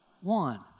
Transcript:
One